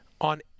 on